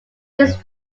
his